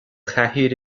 chathaoir